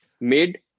made